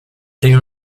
they